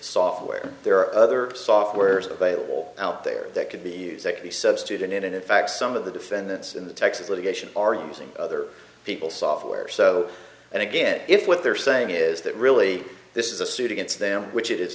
software there are other software is available out there that could be used actually substitute in it and in fact some of the defendants in the texas litigation are you missing other people software so and again if what they're saying is that really this is a suit against them which i